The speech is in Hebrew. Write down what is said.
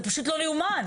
זה פשוט לא יאומן.